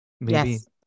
Yes